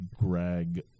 Greg